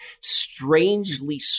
strangely